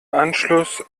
anschluss